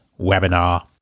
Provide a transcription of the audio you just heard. webinar